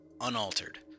unaltered